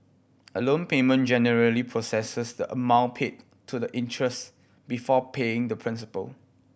a loan payment generally processes the amount paid to the interest before paying the principal